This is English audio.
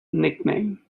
nickname